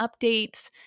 updates